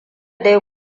dai